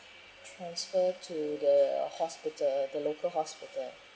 transfer to the hospital the local hospital